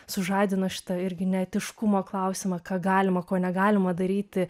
sužadino šitą irgi neetiškumo klausimą ką galima ko negalima daryti